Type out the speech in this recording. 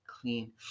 clean